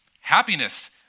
happiness